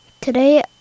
Today